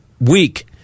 week